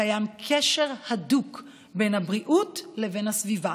קיים קשר הדוק בין הבריאות לבין הסביבה,